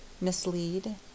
mislead